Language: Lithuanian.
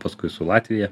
paskui su latvija